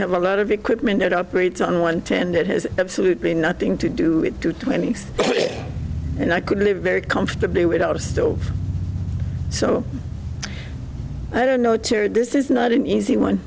have a lot of equipment that operates on one ten that has absolutely nothing to do with two twenty three and i could live very comfortably without a stove so i don't know to this is not an easy one